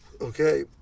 Okay